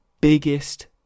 biggest